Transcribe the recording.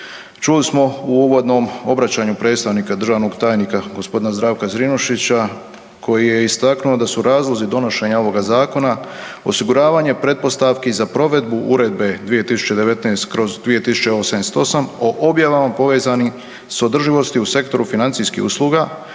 čuli smo u uvodnom obraćanju predstavnika državnog tajnika g. Zdravka Zrinušića koji je istaknuo da su razlozi donošenja ovoga zakona osiguravanje pretpostavki za provedbe Uredbe 2019/2088 o objavama povezanim s održivosti u sektoru financijskih usluga